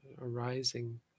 arising